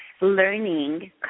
learning